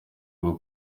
rwo